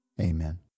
Amen